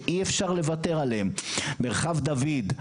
שאי אפשר לוותר עליהן: מרחב דוד,